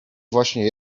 właśnie